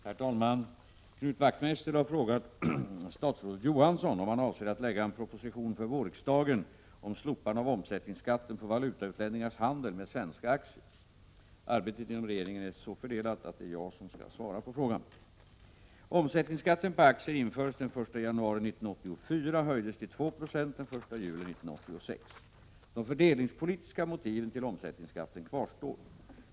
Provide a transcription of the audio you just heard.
Herr talman! Knut Wachtmeister har frågat statsrådet Johansson om han avser att lägga fram en proposition för vårriksdagen om slopande av omsättningsskatten på valutautlänningars handel med svenska aktier. Arbetet inom regeringen är så fördelat att det är jag som skall svara på frågan. Omsättningsskatten på aktier infördes den 1 januari 1984 och höjdes till 2 Jo den 1 juli 1986. De fördelningspolitiska motiven till omsättningsskatten kvarstår.